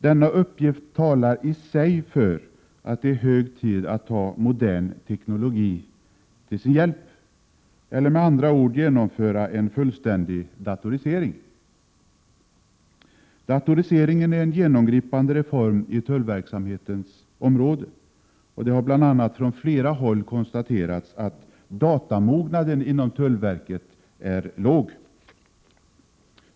Denna uppgift talari 3 juni 1988 sig för att det är hög tid att ta modern teknologi till hjälp eller med andra ord genomföra en fullständig datorisering. Datoriseringen är en genomgripande reform på tullverksamhetens område, och det har bl.a. från flera håll konstaterats att datamognaden inom tullverket är låg.